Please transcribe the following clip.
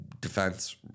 defense